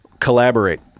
collaborate